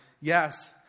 yes